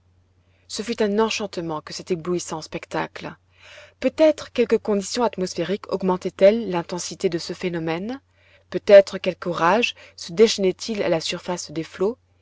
ce fut un enchantement que cet éblouissant spectacle peut-être quelque condition atmosphérique augmentait elle l'intensité de ce phénomène peut-être quelque orage se déchaînait il à la surface des flots